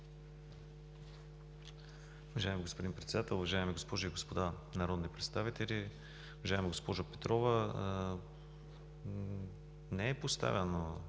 Уважаеми господин Председател, уважаеми госпожи и господа народни представители! Уважаема госпожо Симеонова, това е постоянен